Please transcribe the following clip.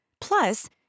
Plus